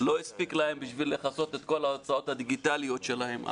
לא הספיק להם בשביל לכסות את כל ההוצאות הדיגיטליות שלהם,